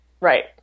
right